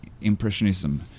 impressionism